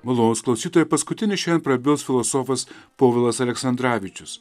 malonūs klausytojai paskutinis šiandien prabils filosofas povilas aleksandravičius